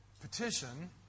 petition